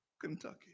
Kentucky